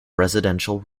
residential